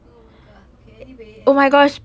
oh my god okay anyway anyway